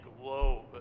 globe